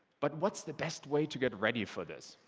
but what's the best way to get ready for this?